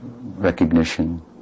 recognition